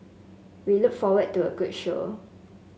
we look forward to a good show